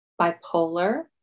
bipolar